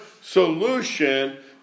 solution